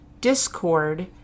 discord